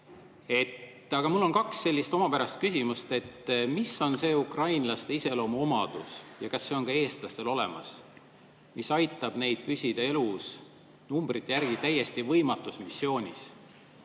teiega. Mul on kaks omapärast küsimust. Mis on see ukrainlaste iseloomuomadus ja kas see on ka eestlastel olemas, mis aitab neid püsida elus numbrite järgi otsustades täiesti võimatus missioonis?